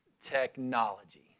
technology